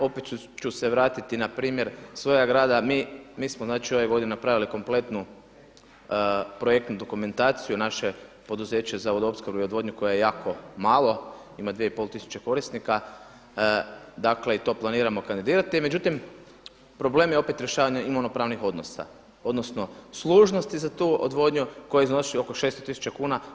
Opet ću se vratiti na primjer svog grada, mi smo ove godine napravili kompletnu projektnu dokumentaciju, naše poduzeće za vodoopskrbu i odvodnju koje je jako malo, ima 2,5 tisuće korisnika, dakle i to planiramo kandidirati, međutim problem je opet rješavanje imovno-pravnih odnosa odnosno služnosti za tu odvodnju koja iznosi oko 600 tisuća kuna.